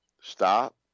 Stop